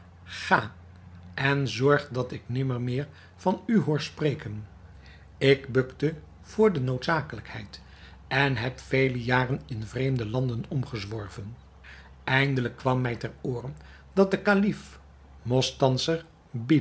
ga en zorg dat ik nimmer meer van u hoor spreken ik bukte voor de noodzakelijkheid en heb vele jaren in vreemde landen omgezworven eindelijk kwam mij ter ooren dat de kalif